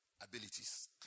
Abilities